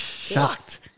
shocked